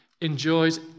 enjoys